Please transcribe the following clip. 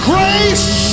Grace